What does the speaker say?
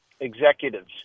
executives